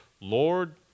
Lord